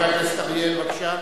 חבר הכנסת אריאל, בבקשה.